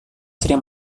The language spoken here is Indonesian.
sering